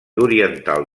oriental